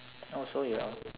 oh so you're